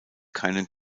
keinen